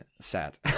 sad